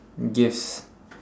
gifts